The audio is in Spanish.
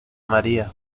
maría